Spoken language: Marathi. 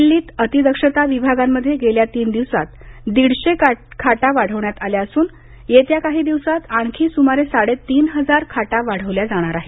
दिल्लीत अतिदक्षता विभागांमध्ये गेल्या तीन दिवसांत दीडशे खाटा वाढवण्यात आल्या असून येत्या काही दिवसात आणखी सुमारे साडे तीन हजार खाटा वाढवल्या जाणार आहेत